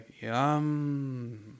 yum